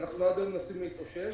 אנחנו עד היום מנסים להתאושש.